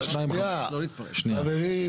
שנייה, חברים.